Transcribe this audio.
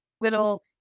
little